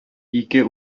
ике